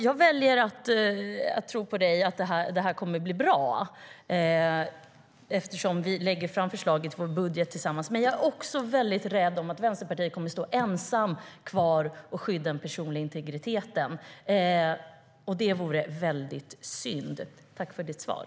Jag väljer att tro på dig och tro att det kommer att bli bra eftersom vi lägger fram förslaget tillsammans i vår budget. Men jag är också rädd att Vänsterpartiet kommer att stå ensamt kvar och skydda den personliga integriteten. Det vore väldigt synd. Tack för ditt svar!